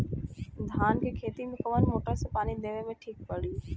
धान के खेती मे कवन मोटर से पानी देवे मे ठीक पड़ी?